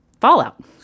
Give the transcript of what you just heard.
fallout